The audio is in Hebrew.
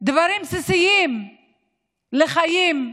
דברים בסיסיים לחיים,